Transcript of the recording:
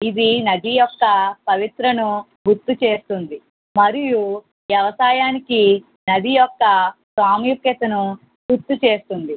ఇది నది యొక్క పవిత్రతను గుర్తు చేస్తుంది మరియు వ్యవసాయానికి నది యొక్క సామీప్యతను గుర్తు చేస్తుంది